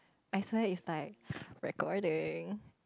I swear it's like recording